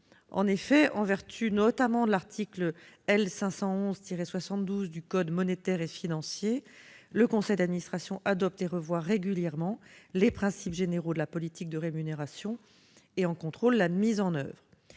En effet, en vertu notamment de l'article L. 511-72 du code monétaire et financier, le conseil d'administration adopte et revoit régulièrement les principes généraux de la politique de rémunération et en contrôle la mise en oeuvre.